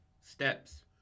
Steps